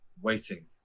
waiting